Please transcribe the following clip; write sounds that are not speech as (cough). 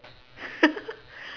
(laughs)